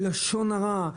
בלשון הרע,